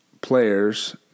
players